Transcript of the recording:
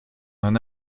d’un